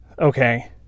okay